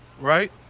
right